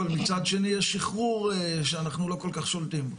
אבל מצד שני יש שחרור שאנחנו לא כל כך שולטים בו.